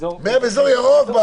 100 באזור ירוק.